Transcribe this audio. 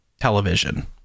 television